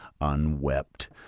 unwept